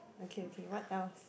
okay okay what else